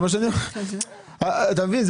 אתה מבין?